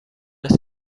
است